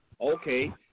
Okay